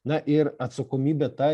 na ir atsakomybė ta